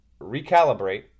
recalibrate